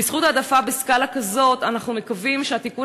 בזכות העדפה בסקאלה כזאת אנחנו מקווים שהתיקון